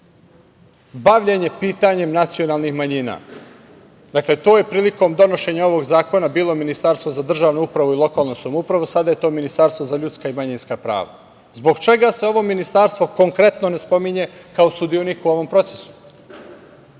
bavljenje pitanjem nacionalnih manjina. Dakle, to je prilikom donošenja ovog zakona bilo Ministarstvo za državnu upravu i lokalnu samoupravu, sada je to Ministarstvo za ljudska i manjinska prava. Zbog čega se ovo ministarstvo konkretno ne spominje kao sudionik u ovom procesu? Podstav